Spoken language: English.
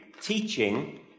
Teaching